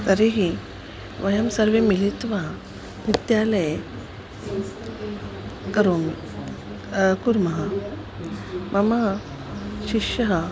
तर्हि वयं सर्वे मिलित्वा विद्यालये करोमि कुर्मः मम शिष्यः